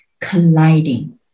colliding